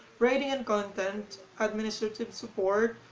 writing and content administrative support,